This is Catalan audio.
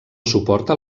suporta